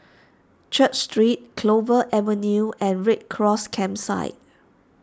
Church Street Clover Avenue and Red Cross Campsite